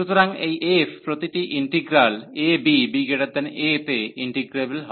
সুতরাং এই f প্রতিটি integral a b b a তে ইন্টিগ্রেবল হয়